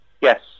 Yes